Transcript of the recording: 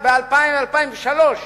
2003,